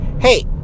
Hey